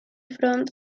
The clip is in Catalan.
front